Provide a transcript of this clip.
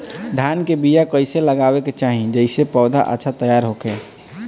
धान के बीया कइसे लगावे के चाही जेसे पौधा अच्छा तैयार होखे?